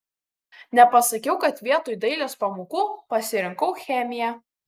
nepasakiau kad vietoj dailės pamokų pasirinkau chemiją